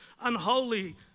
unholy